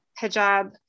hijab